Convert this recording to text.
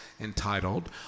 entitled